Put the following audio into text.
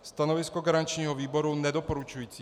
Stanovisko garančního výboru je nedoporučující.